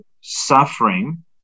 suffering